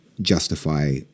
justify